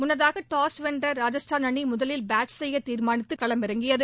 முன்னதாக டாஸ் வென்ற ராஜஸ்தான் அணி முதலில் பேட் செய்ய தீர்மானித்து களமிறங்கியது